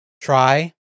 try